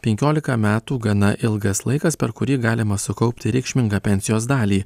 penkiolika metų gana ilgas laikas per kurį galima sukaupti reikšmingą pensijos dalį